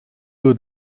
would